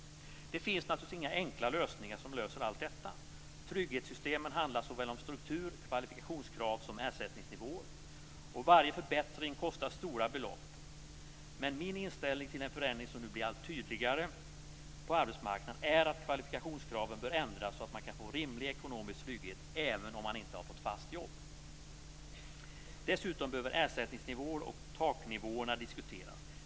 Det finns naturligtvis inga enkla förändringar som löser allt detta. Trygghetssystemen handlar såväl om struktur och kvalifikationskrav som ersättningsnivåer. Och varje förbättring kostar stora belopp. Men min inställning till den förändring som nu blir allt tydligare på arbetsmarknaden är att kvalifikationskraven bör ändras så att man kan få en rimlig ekonomisk trygghet även om man inte har fått fast jobb. Dessutom behöver ersättningsnivåerna och taknivåerna diskuteras.